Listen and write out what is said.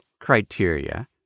criteria